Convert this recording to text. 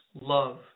love